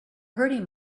hurting